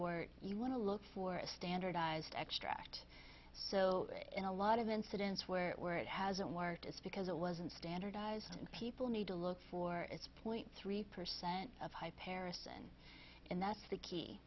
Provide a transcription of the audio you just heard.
ort you want to look for a standardized extract so in a lot of incidents where it where it hasn't worked is because it wasn't standardized and people need to look for it's point three percent of high paris and and that's the key